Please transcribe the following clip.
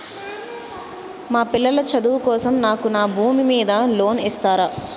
మా పిల్లల చదువు కోసం నాకు నా భూమి మీద లోన్ ఇస్తారా?